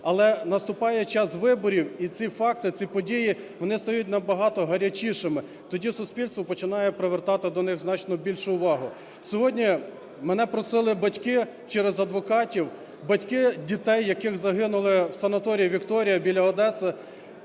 Але наступає час виборів. І ці факти, ці події, вони стають набагатогарячішими. Тоді суспільство починає привертати до них значно більшу увагу. Сьогодні мене просили батьки через адвокатів, батьки дітей, які загинули в санаторії "Вікторія" біля Одеси,